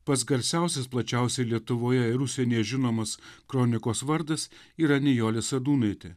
pats garsiausias plačiausiai lietuvoje ir užsienyje žinomas kronikos vardas yra nijolė sadūnaitė